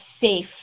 safe